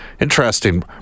Interesting